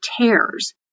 tears